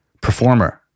performer